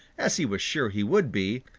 as he was sure he would be,